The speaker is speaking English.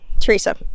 Teresa